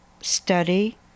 study